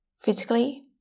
physically